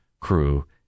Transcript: crew